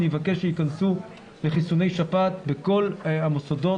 אני אבקש שייכנסו לחיסוני שפעת בכל המוסדות